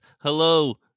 hello